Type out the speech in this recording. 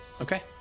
okay